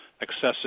excessive